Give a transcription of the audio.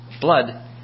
blood